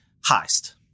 heist